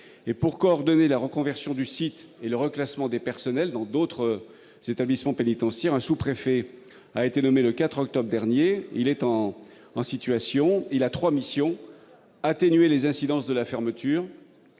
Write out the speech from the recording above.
Pour coordonner la reconversion du site et le reclassement des personnels dans d'autres établissements pénitentiaires, un sous-préfet a été nommé le 4 octobre dernier. Trois missions lui sont confiées : atténuer les incidences de la fermeture de